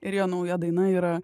ir jo nauja daina yra